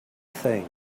think